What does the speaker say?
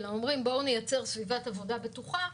אלא אומרים: בואו נייצר סביבת עבודה בטוחה.